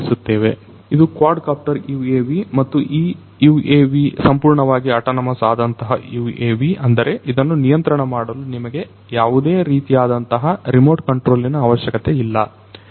ಇದು quadcopter UAV ಮತ್ತು ಈ UAV ಸಂಪೂರ್ಣವಾಗಿ ಅಟಾನಮಸ್ ಆದಂತಹ UAV ಅಂದರೆ ಇದನ್ನು ನಿಯಂತ್ರಣ ಮಾಡಲು ನಿಮಗೆ ಯಾವುದೇ ರೀತಿಯಾದಂತಹ ರಿಮೋಟ್ ಕಂಟ್ರೋಲಿನ ಅವಶ್ಯಕತೆ ಇಲ್ಲ